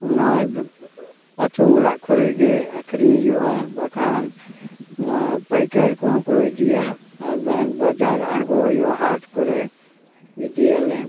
ᱚᱱᱟ ᱟᱹᱛᱩ ᱚᱲᱟᱜ ᱠᱚᱨᱮᱜᱮ ᱟᱠᱷᱨᱤᱧ ᱦᱩᱭᱩᱜᱼᱟ ᱵᱟᱠᱷᱟᱱ ᱱᱚᱣᱟ ᱯᱟᱹᱭᱠᱟᱹᱨ ᱠᱚᱦᱚᱸ ᱠᱚ ᱤᱫᱤᱭᱟ ᱟᱨᱵᱟᱝ ᱵᱟᱡᱟᱨ ᱟᱬᱜᱚ ᱦᱩᱭᱩᱜᱼᱟ ᱦᱟᱴ ᱠᱚᱨᱮ ᱤᱫᱤᱭᱟᱞᱮ